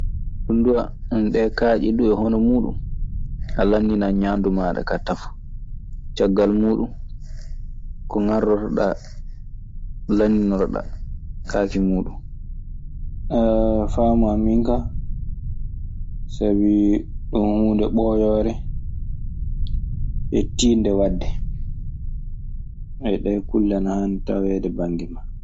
Ɗun duu, hono ɗee kaaƴe duu e hono muuɗun. Alanɗinan ñaandu maaɗa kaa tafo. Caggal muuɗun, ko ŋarrortoɗaa, lanɗinoroɗaa kaake muuɗun. E faamu an min ka, sabi ɗun huunde ɓooyoore e tiiɗnde wadde. Ɗee kulle ana haani taweede bannge maa.